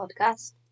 podcast